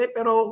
Pero